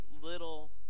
little